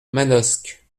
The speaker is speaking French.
manosque